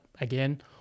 again